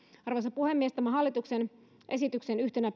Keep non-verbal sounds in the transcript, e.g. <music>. arvoisa puhemies tämän hallituksen esityksen yhtenä <unintelligible>